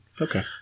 Okay